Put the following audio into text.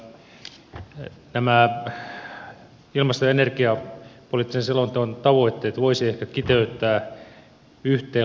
nämä ilmasto ja energiapoliittisen selonteon tavoitteet voisi ehkä kiteyttää yhteen lauseeseen